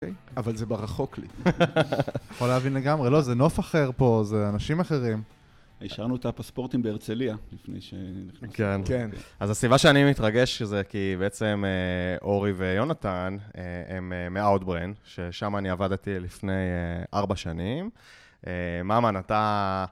אבל זה ברחוק לי. יכול להבין לגמרי, לא, זה נוף אחר פה, זה אנשים אחרים. השארנו את הפספורטים בהרצליה, לפני שנכנסנו. כן. אז הסיבה שאני מתרגש שזה כי בעצם אורי ויונתן הם מ Outbrain, ששם אני עבדתי לפני ארבע שנים. ממן, אתה...